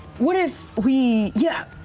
what if we, yeah,